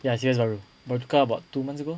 ya C_F_S baru tukar about two months ago